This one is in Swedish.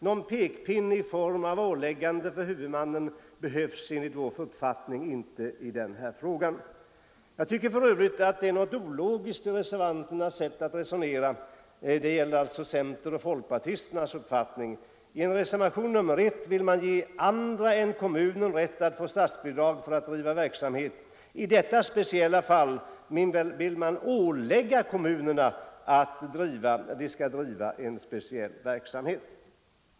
Någon pekpinne i form av åläggande för huvudmannen behövs enligt vår uppfattning inte i denna fråga. Jag tycker för övrigt att det är något ologiskt i reservanternas sätt att resonera — det gäller centerpartisternas och folkpartisternas uppfattning. I reservationen 1 vill man ge andra än kommunerna rätt till bidrag för att bedriva barnverksamhet och i reservationen 2 vill man ålägga kommunerna att i vissa fall driva en speciell verksamhet.